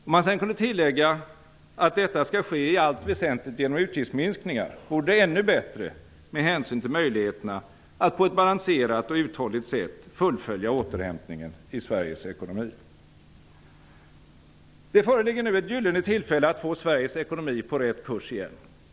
Om man kunde tillägga att detta i allt väsentligt skall ske genom utgiftsminskningar, vore det ännu bättre med hänsyn till möjligheterna att på ett balanserat och uthålligt sätt fullfölja återhämtningen i Sveriges ekonomi. Det föreligger nu ett gyllene tillfälle att få Sveriges ekonomi på rätt kurs igen.